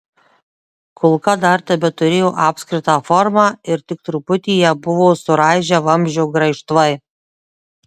kulka dar tebeturėjo apskritą formą ir tik truputį ją buvo suraižę vamzdžio graižtvai